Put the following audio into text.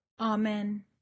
Amen